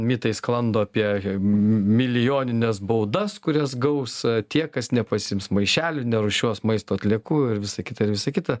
mitai sklando apie milijonines baudas kurias gaus tie kas nepasiims maišelių nerūšiuos maisto atliekų ir visa kita ir visa kita